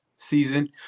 season